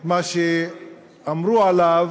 מה שאמרו עליו,